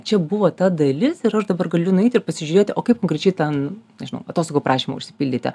čia buvo ta dalis ir aš dabar galiu nueit ir pasižiūrėti o kaip konkrečiai ten nežinau atostogų prašymą užsipildyti